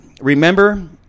Remember